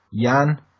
Jan